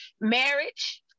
marriage